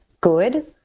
good